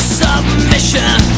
submission